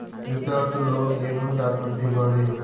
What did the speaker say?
విద్యార్థులు లోను ఏమేమి డాక్యుమెంట్లు ఇవ్వాలి?